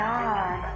God